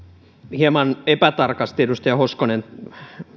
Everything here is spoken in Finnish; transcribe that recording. hieman epätarkasti edustaja hoskonen